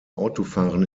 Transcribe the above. autofahren